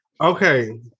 Okay